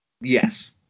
Yes